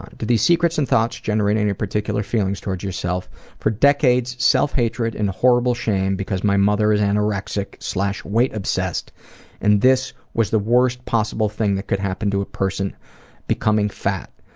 ah do these secrets and thoughts generate any particular feelings towards yourself for decades, self-hatred and horrible shame because my mother is anorexic weight-obsessed and this was the worst possible thing that could happen to a person becoming fat.